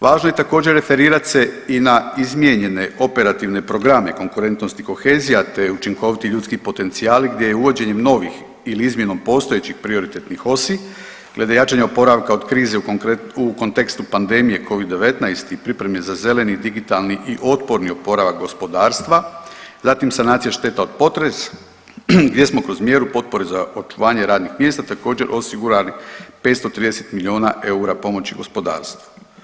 Važno je također referirat se i na izmijenjene operativne programe konkurentnost i kohezija te učinkoviti ljudski potencijali gdje je uvođenjem novih ili izmjenom postojećih prioritetnih osi glede jačanja oporavka od krize u kontekstu pandemije Covid-19 i pripreme za zeleni digitalni i otporni oporavak gospodarstva, zatim sanacija šteta od potresa gdje smo kroz mjeru potpore za očuvanje radnih mjesta također osigurali 530 miliona eura pomoći gospodarstvu.